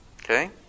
okay